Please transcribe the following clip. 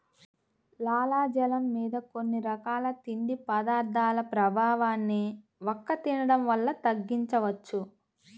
లాలాజలం మీద కొన్ని రకాల తిండి పదార్థాల ప్రభావాన్ని వక్క తినడం వల్ల తగ్గించవచ్చు